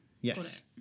Yes